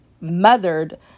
mothered